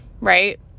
right